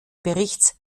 berichts